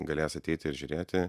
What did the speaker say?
galės ateiti ir žiūrėti